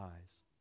eyes